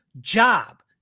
job